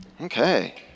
Okay